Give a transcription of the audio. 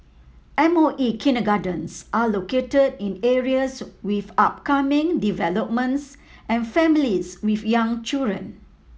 M O E kindergartens are located in areas with upcoming developments and families with young children